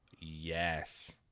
Yes